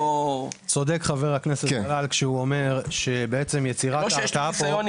צודק חבר הכנסת דלל כשהוא אומר שיצירת ההרתעה